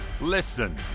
listen